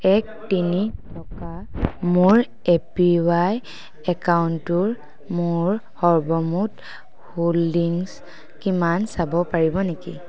এক তিনি থকা মোৰ এ পি ৱাই একাউণ্টটোৰ মোৰ সৰ্বমুঠ হোল্ডিংছ কিমান চাব পাৰিব নেকি